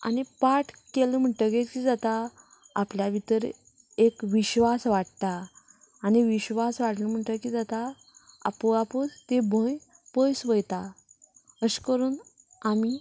आनी पाठ केलें म्हणटगीर कितें जाता आपल्या भितर एक विश्वास वाडटा आनी विश्वास वाडलो म्हणटगीर कितें जाता आपोआपूच ती भंय पयस वयता अशें करून आमी